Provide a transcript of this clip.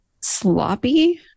sloppy